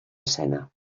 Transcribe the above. escena